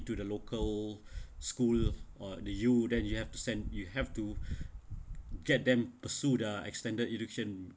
to the local school or the U than you have to send you have to get them pursued uh extended education